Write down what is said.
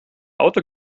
auto